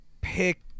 pick